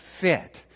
fit